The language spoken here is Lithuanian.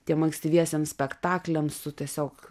tiem ankstyviesiems spektakliams su tiesiog